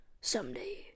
someday